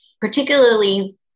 particularly